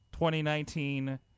2019